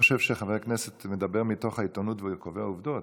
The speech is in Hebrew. חושב שחבר הכנסת מדבר מתוך העיתונות וקובע עובדות.